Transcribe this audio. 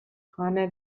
خانه